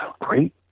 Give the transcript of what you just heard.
great